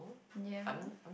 ya